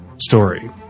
story